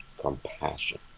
compassion